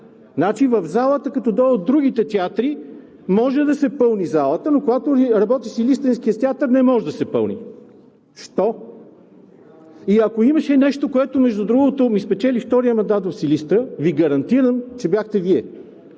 Значи като дойдат другите театри, може да се пълни залата, но когато работи Силистренският театър, не може да се пълни. Защо? Ако имаше нещо, което, между другото, ми спечели втория мандат в Силистра, Ви гарантирам, че бяхте Вие,